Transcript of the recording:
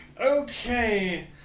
Okay